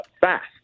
fast